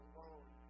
Alone